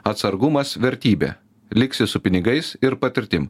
atsargumas vertybė liksi su pinigais ir patirtim